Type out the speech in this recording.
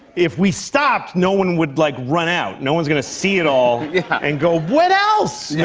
if we stop no one would, like, run out. no one's going to see it all and go, what else? yeah